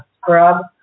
scrub